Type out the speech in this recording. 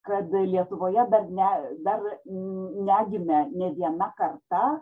kada lietuvoje dar ne dar negimė nė viena karta